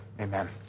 Amen